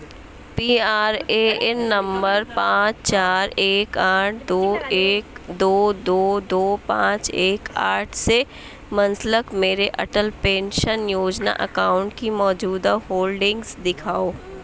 P R A N number پانچ چار ایک آٹھ دو ایک دو دو دو پانچ ایک آٹھ سے منسلک میرے اٹل پینشن یوجنا اکاؤنٹ کی موجودہ ہولڈنگس دکھاؤ